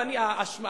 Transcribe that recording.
עכשיו.